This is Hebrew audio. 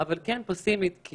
באתי פסימית כי